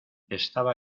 estaba